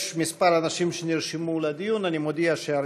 תודה.